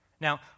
Now